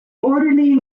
orderly